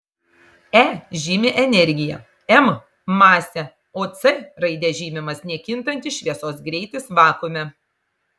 e žymi energiją m masę o c raide žymimas nekintantis šviesos greitis vakuume